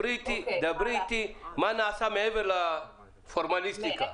דברי מה נעשה מעבר לפורמליסטיקה.